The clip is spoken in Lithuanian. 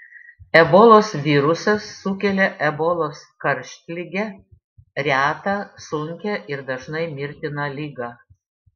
ebolos virusas sukelia ebolos karštligę retą sunkią ir dažnai mirtiną ligą